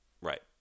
Right